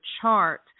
chart